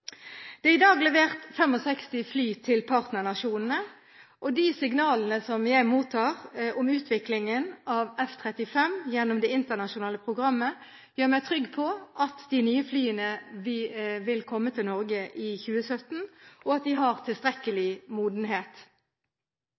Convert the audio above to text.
Det er i dag levert 65 fly til partnernasjonene, og de signalene jeg mottar om utviklingen av F-35 gjennom det internasjonale programmet, gjør meg trygg på at de nye flyene vil komme til Norge i 2017, og at de har tilstrekkelig modenhet.